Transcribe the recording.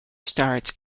starts